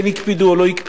כן הקפידו או לא הקפידו,